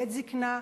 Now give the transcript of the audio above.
לעת זיקנה,